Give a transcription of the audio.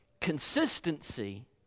Consistency